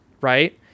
right